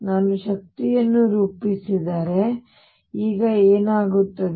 ನಾನು ಶಕ್ತಿಯನ್ನು ರೂಪಿಸಿದರೆ ಈಗ ಏನಾಗುತ್ತದೆ